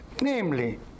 Namely